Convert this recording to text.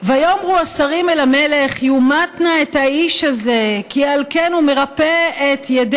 "ויאמרו השרים אל המלך יומת נא את האיש הזה כי על כן הוא מרפא את ידי